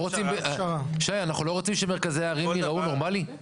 זו הפשרה שהוועדה הגיע אליה.